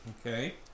okay